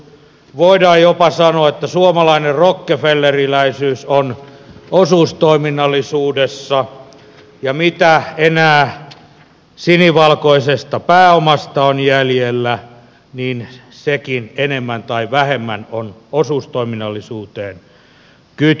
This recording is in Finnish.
voidaan jopa sanoa että suomalainen rockefelleriläisyys on osuustoiminnallisuudessa ja mitä enää sinivalkoisesta pääomasta on jäljellä niin sekin enemmän tai vähemmän on osuustoiminnallisuuteen kytköksissä